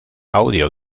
audio